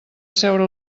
asseure